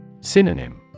Synonym